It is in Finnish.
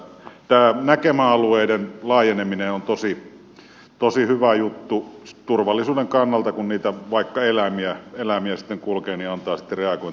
tämä näkemäalueiden laajeneminen on tosi hyvä juttu turvallisuuden kannalta kun vaikka eläimiä sitten kulkee niin antaa sitten reagointiaikaa